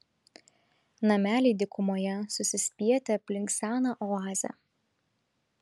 nameliai dykumoje susispietę aplink seną oazę